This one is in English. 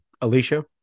Alicia